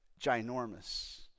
ginormous